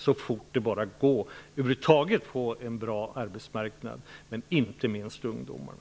Så fort det bara går måste vi åstadkomma en bra arbetsmarknad över huvud taget men inte minst för ungdomarna.